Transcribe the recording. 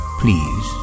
please